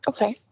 Okay